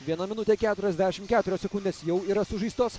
viena minutė keturiasdešim keturios sekundės jau yra sužaistos